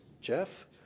Jeff